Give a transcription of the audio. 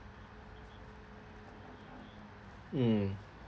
mm